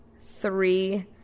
three